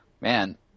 man